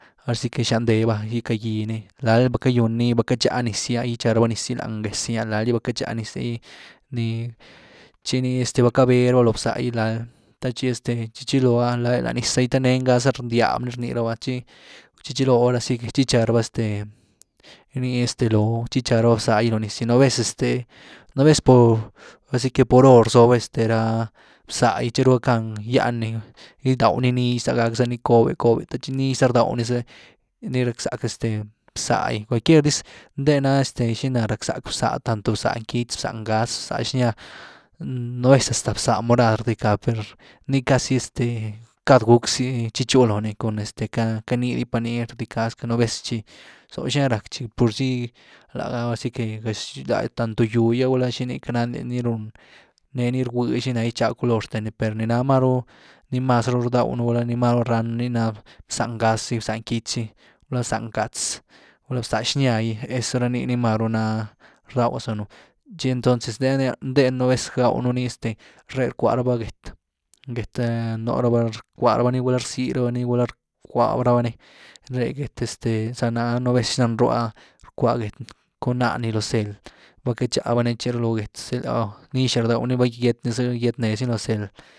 Ahora si que xan dee va, gyckagy ni, lal va ckagywnni gytxa niz gy ah, gytxá raba niz gy lany géz gy ah. lal vackatxá niz’e gy, ni, txi ni este va ckabee raba loo bza gyb lal, të txi chi txilo’ah, la, la niz’e gy të nengá za rndyab ni rnii rabá tchí, chi chilo’ ahora si que txi gytchá raba este ni este lo. tchi gytcharaba bzá gy loo niz’gy, nú vez, este, nú vez por, ahora si que, por hor rzoob este rá bzá’gy thiru rackgan gýaan ni gidawny nix za gack zani coob’e-coob’e, the tchi nix za rdawnni’ zy, ni rackzack este bzá’gy, cualquier dyz, ndee na este xinaa rackzack bzá, tanto bzá quitz, bzá ngáz, bzá xnya, nú vez hasta bzá morad rdycka per nii casi este cad gúckzy tchichúu looni cun este queity nii di pa’ni rdyckaa esque nú vez tchi zó’h xina rack tchi purzy la’gá ahora si que gëx tanto gyw gy’ah ¿gulá xini?, queity nandia, nii run, nee ni rgwy xina gytxag color xten ny per ni naa maru ni mas ruu rdaw nugulá ni máru rannu, nii na bzá ngás’gy, bzá quitz gy, gulá bzá ngátz, gulá bzá xnya gy, eso, rá nii ni máru naa ni rdawzanu, txi entonces ny rnya, ndee ni nú vez gawnu ny este ree rckwaa raba gét, gét nuu raba rckwa raba ni gula rzy’ raba ni gula rkwaby rabá ni, ree gét este za náh nú vez xnan róah rckwa gét cun náha ny lo zely, va katxá bani txi ru lo gét zëga niixaz rdawnny per zë’ gyet nez ny lo zëly.